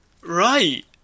right